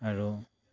আৰু